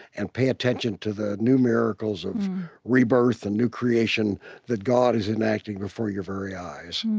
and pay attention to the new miracles of rebirth and new creation that god is enacting before your very eyes.